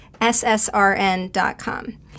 SSRN.com